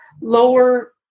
lower